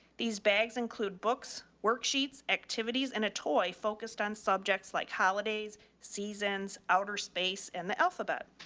these bags include books, worksheets, activities, and a toy focused on subjects like holidays, seasons, outer space, and the alphabet.